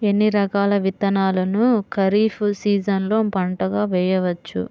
ఎన్ని రకాల విత్తనాలను ఖరీఫ్ సీజన్లో పంటగా వేయచ్చు?